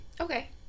Okay